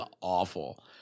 awful